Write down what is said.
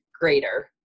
greater